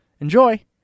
Enjoy